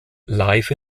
live